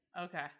okay